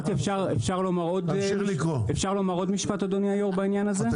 אפשר לומר עוד משפט אדוני היו"ר בעניין הזה?